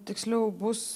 tiksliau bus